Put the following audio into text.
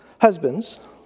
Husbands